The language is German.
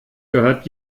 gehört